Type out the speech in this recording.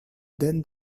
then